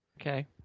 Okay